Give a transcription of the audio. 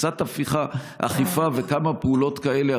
עם קצת אכיפה וכמה פעולות כאלה,